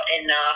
enough